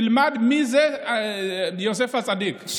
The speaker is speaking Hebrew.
תלמד מי זה שמעון הצדיק,